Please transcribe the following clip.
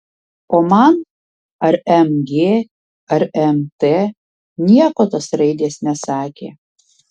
o man ar mg ar mt nieko tos raidės nesakė